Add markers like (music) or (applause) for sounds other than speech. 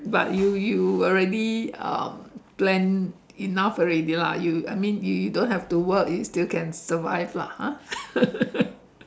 but you you already um plan enough already lah I mean you don't have to work you still can survive lah ha (laughs)